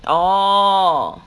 orh